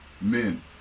men